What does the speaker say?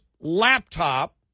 laptop